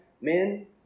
men